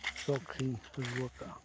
ᱥᱚᱠᱷ ᱤᱧ ᱟᱹᱜᱩ ᱟᱠᱟᱫᱼᱟ